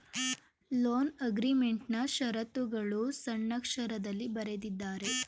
loan ಅಗ್ರೀಮೆಂಟ್ನಾ ಶರತ್ತುಗಳು ಸಣ್ಣಕ್ಷರದಲ್ಲಿ ಬರೆದಿದ್ದಾರೆ